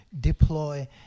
deploy